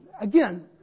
again